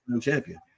champion